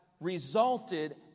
resulted